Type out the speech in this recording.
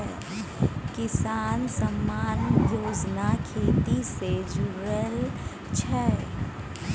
किसान सम्मान योजना खेती से जुरल छै